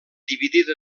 dividida